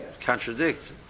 contradict